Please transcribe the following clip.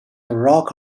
rock